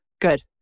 good